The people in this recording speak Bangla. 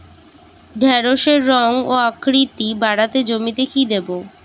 ঢেঁড়সের রং ও আকৃতিতে বাড়াতে জমিতে কি দেবো?